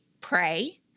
pray